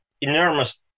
enormous